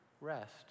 rest